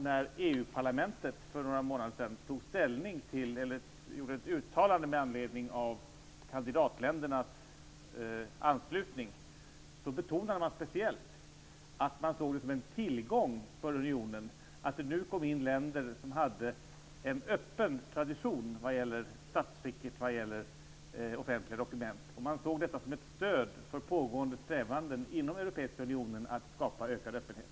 När EU-parlamentet för några månader sedan gjorde ett uttalande med anledning av kandidatländernas anslutning betonades speciellt att det sågs som en tillgång för unionen att det nu kommer in länder som har en öppen tradition när det gäller statsskicket och offentliga dokument. Man såg detta som ett stöd för pågående strävanden inom Europeiska unionen att skapa ökad öppenhet.